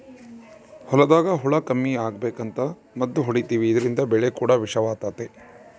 ಹೊಲದಾಗ ಹುಳ ಕಮ್ಮಿ ಅಗಬೇಕಂತ ಮದ್ದು ಹೊಡಿತಿವಿ ಇದ್ರಿಂದ ಬೆಳೆ ಕೂಡ ವಿಷವಾತತೆ